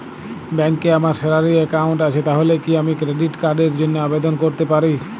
ব্যাংকে আমার salary account আছে তাহলে কি আমি ক্রেডিট কার্ড র জন্য আবেদন করতে পারি?